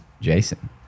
Jason